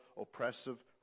oppressive